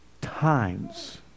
times